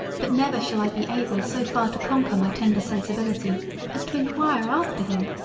but never shall i be able so far to conquer my tender sensibility as to enquire after him.